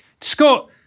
Scott